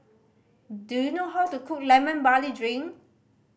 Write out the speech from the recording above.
do you know how to cook Lemon Barley Drink